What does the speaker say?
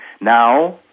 Now